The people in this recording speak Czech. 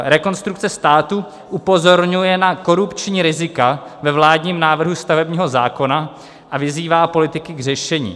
Rekonstrukce státu upozorňuje na korupční rizika ve vládním návrhu stavebního zákona a vyzývá politiky k řešení: